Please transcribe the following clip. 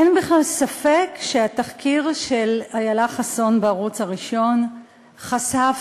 אין בכלל ספק שהתחקיר של איילה חסון בערוץ הראשון חשף